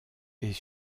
est